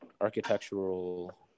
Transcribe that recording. architectural